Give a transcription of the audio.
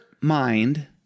mind